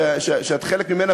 שאת חלק ממנה.